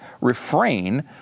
refrain